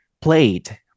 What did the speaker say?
played